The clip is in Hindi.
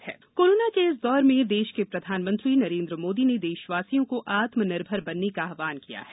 बैतूल कायाकल्प कोरोना के इस दौर में देश के प्रधानमंत्री नरेंद्र मोदी ने देशवासियों को आत्मनिर्भर बनने का आव्हान किया है